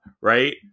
right